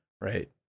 right